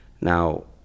Now